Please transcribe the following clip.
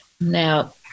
Now